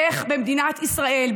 איך במדינת ישראל,